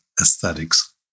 aesthetics